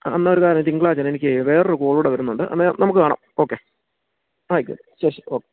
ആ എന്നാൽ ഒരു കാര്യം ചെയ്യ് തിങ്കളാഴ്ച എനിക്ക് വേറൊരു കോള് കൂടെ വരുന്നുണ്ട് അന്നേരം നമുക്ക് കാണാം ഓക്കെ ആയിക്കോട്ടെ ശരി ശരി ഓക്കെ